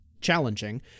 challenging